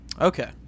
Okay